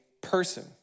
person